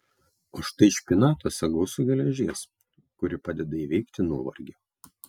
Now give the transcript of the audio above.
o štai špinatuose gausu geležies kuri padeda įveikti nuovargį